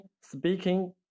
speaking